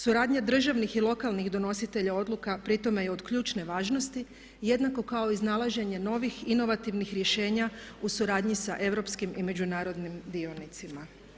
Suradnja državnih i lokalnih donositelja odluka pri tome je od ključne važnosti jednako kao iznalaženje novih inovativnih rješenja u suradnji sa europskim i međunarodnim dionicima.